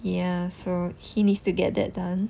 ya so he needs to get that done